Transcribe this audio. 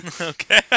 okay